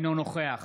אינו נוכח